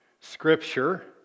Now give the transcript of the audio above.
Scripture